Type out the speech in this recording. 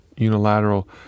unilateral